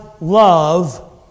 love